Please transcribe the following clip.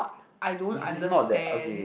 I don't understand